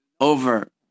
over